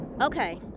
Okay